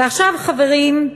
ועכשיו, חברים,